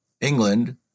England